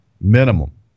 minimum